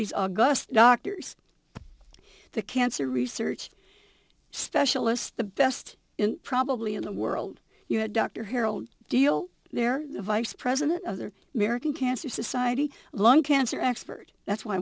these gusts doctors the cancer research specialist the best probably in the world you had dr harold deal their vice president of the american cancer society lung cancer expert that's why i